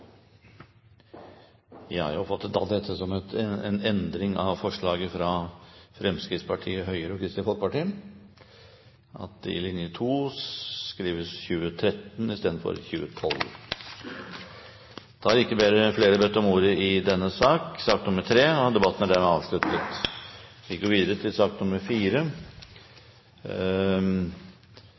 dette som en endring av forslag nr. 2, fra Fremskrittspartiet, Høyre og Kristelig Folkeparti – at det i linje to skrives «2013» i stedet for «2012». Flere har ikke bedt om ordet til sak nr. 3. Etter ønske fra energi- og